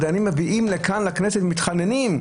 הדיינים באים לכאן לכנסת ומתחננים.